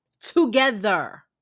together